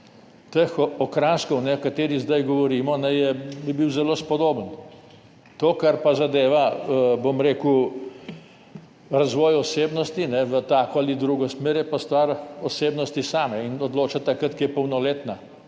teh okraskov, o katerih zdaj govorimo, bi bil zelo spodoben. To, kar pa zadeva razvoj osebnosti v tako ali drugo smer, je pa stvar osebnosti same in odloča takrat, ko je polnoletna,